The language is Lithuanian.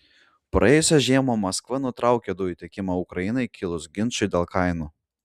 praėjusią žiemą maskva nutraukė dujų tiekimą ukrainai kilus ginčui dėl kainų